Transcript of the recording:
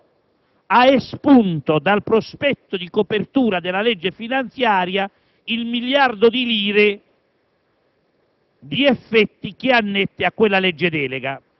inusitato, ma in ogni caso ha espunto dal prospetto di copertura della legge finanziaria il miliardo di euro